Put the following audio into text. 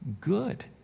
good